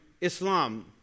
Islam